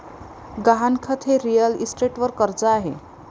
गहाणखत हे रिअल इस्टेटवर कर्ज आहे